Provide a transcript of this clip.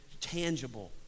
tangible